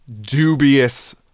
dubious